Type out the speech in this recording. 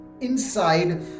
inside